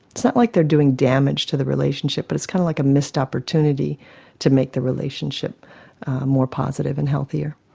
it's not like they are doing damage to the relationship, but it's kind of like a missed opportunity to make the relationship more positive and healthier.